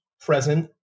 present